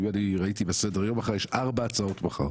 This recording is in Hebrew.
ראיתי בסדר-יום שיש 4 הצעות מחר.